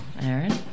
Aaron